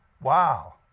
Wow